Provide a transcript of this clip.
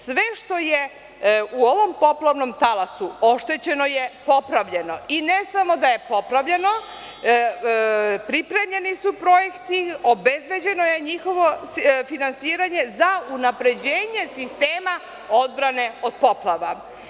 Sve što je u ovom poplavnom talasu oštećeno je popravljeno i ne samo da je popravljeno, pripremljeni su projekti, obezbeđeno je njihovo finansiranje za unapređenje sistema odbrane od poplava.